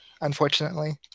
unfortunately